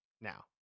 now